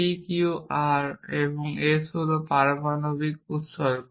p q r এবং s হল পারমাণবিক উপসর্গ